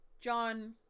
john